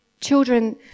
children